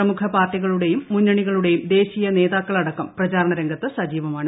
പ്രമുഖ പാർട്ടികളുടെയും മുന്നണികളുടെയും ദേശീയ നേതാക്കളടക്കം പ്രചാരണ രംഗത്ത് സജീവമാണ്